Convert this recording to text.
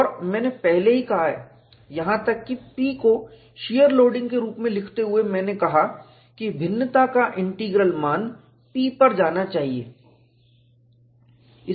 और मैंने पहले ही कहा है यहां तक कि P को शीयर लोडिंग के रूप में लिखते हुए मैंने कहा कि भिन्नता का इंटीग्रल मान P पर जाना चाहिए